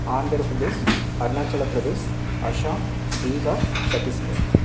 Andhra Pradesh Arunachal Pradesh Assam Bihar Chhattisgarh